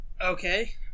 Okay